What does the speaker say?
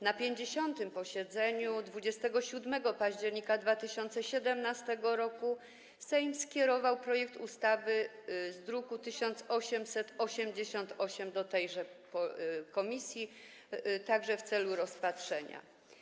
Na 50. posiedzeniu 27 października 2017 r. Sejm skierował projekt ustawy z druku nr 1888 do tejże komisji także w celu rozpatrzenia.